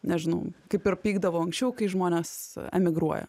nežinau kaip ir pykdavo anksčiau kai žmonės emigruoja